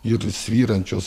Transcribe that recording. ir svyrančios